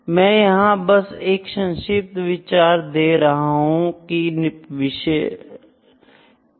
मैं यहाँ बस एक संक्षिप्त विचार दे रहा हूं कि विशेषता निरीक्षण क्या है